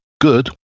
good